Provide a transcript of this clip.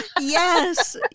Yes